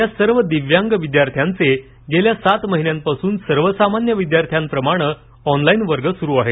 या सर्व दिव्यांग विद्यार्थ्यांचे मागील सात महिन्यांपासून सामान्य विद्यार्थ्यांप्रमाणे ऑनलाईन वर्ग सुरू आहेत